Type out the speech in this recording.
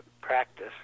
practice